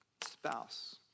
spouse